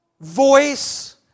voice